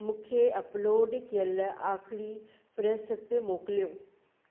मूंखे अपलोड कयल आख़री फ़हिरिस्त मोकिलियो